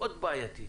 מאוד בעייתית.